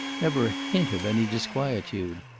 never a hint of any disquietude.